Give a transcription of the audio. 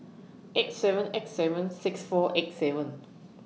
eight seven eight seven six four eight seven